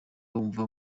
yumva